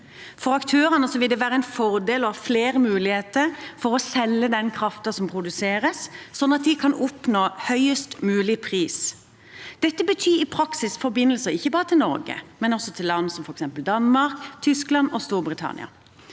For aktørene vil det være en fordel å ha flere muligheter til å selge den kraften som produseres, sånn at de kan oppnå høyest mulig pris. Det betyr i praksis forbindelser ikke bare til Norge, men også til land som f.eks. Danmark, Tyskland og Storbritannia.